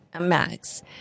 Max